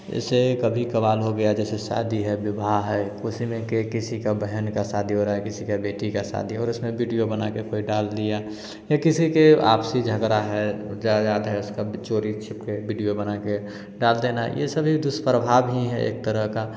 ऐसे कभी कभार हो गया जैसे शादी है विवाह है उसी में के किसी की बहन की शादी हो रही है किसी की बेटी की शादी हो रहा है उसमें वीडियो बनाकर कोई डाल दिया है या किसी के आपसी झगड़ा है उजा जात है उसका बी चोरी छिपकर बीडियो बनाकर डाल देना यह सब दुष्प्रभाव ही है एक तरह का